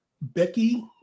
Becky